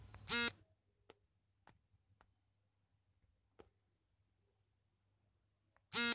ಸಾಮಾನ್ಯ ತೆರಿಗೆದಾರರು ಅಂತಿಮವಾಗಿ ಆದಾಯದ ಮೂಲಗಳಲ್ಲಿ ಒಂದಾದ್ರು ತಮ್ಮ ತೆರಿಗೆಗಳನ್ನ ಪಾವತಿಸುತ್ತಾರೆ